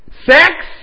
Sex